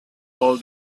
all